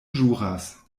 ĵuras